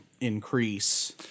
increase